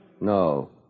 No